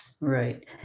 Right